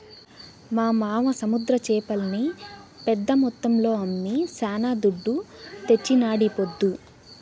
మా మావ సముద్ర చేపల్ని పెద్ద మొత్తంలో అమ్మి శానా దుడ్డు తెచ్చినాడీపొద్దు